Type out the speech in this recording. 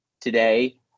today